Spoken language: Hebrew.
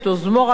או "מודן".